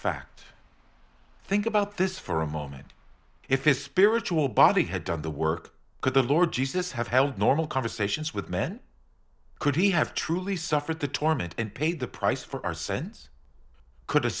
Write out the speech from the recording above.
fact think about this for a moment if his spiritual body had done the work of the lord jesus have held normal conversations with men could he have truly suffered the torment and paid the price for our sins could